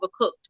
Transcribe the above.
overcooked